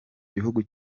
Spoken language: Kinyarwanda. gihugu